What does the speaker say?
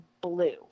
blue